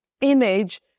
image